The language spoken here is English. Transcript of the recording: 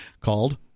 called